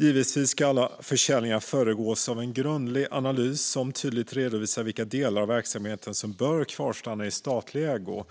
Givetvis ska alla försäljningar föregås av en grundlig analys som tydligt redovisar vilka delar av verksamheten som bör kvarstanna i statlig ägo